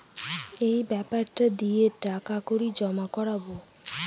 এই বেপারটা দিয়ে টাকা কড়ি জমা করাবো